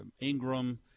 Ingram